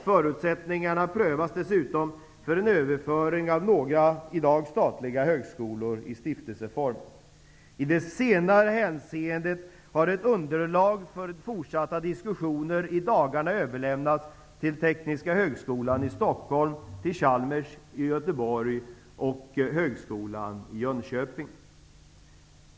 Förutsättningarna prövas dessutom för en överföring av några i dag statliga högskolor till stiftelseform. I det senare hänseendet har ett underlag för fortsatta diskussioner i dagarna överlämnats till Göteborg och till Högskolan i Jönköping.